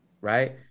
right